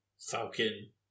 Falcon